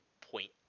point